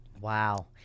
Wow